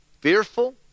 fearful